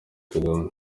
kagame